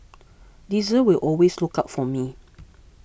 Diesel will always look out for me